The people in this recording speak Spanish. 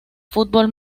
fútbol